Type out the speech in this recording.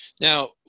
Now